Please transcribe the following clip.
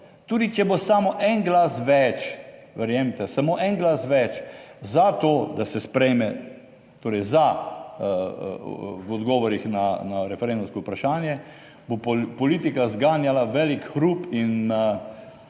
Tudi če bo samo en glas več, verjemite, samo en glas več za to, da se sprejme, torej za, v odgovorih na referendumsko vprašanje, bo politika zganjala velik hrup in,